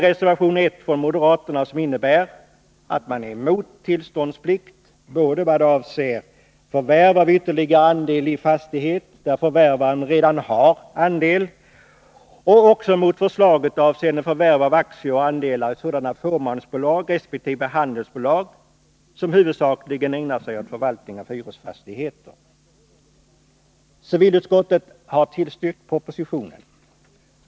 Reservation 1 från moderaterna innebär att de är emot tillståndsplikt såvitt avser förvärv av ytterligare andel i fastighet där förvärvaren redan har andel och också är emot förslaget avseende förvärv av aktier och andelar i sådana fåmansbolag resp. handelsbolag som huvudsakligen ägnar sig åt förvaltning av hyresfastigheter. Civilutskottet har tillstyrkt propositionen.